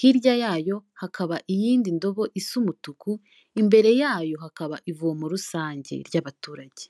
hirya yayo hakaba iyindi ndobo isa umutuku, imbere yayo hakaba ivomo rusange ry'abaturage.